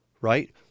right